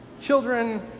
Children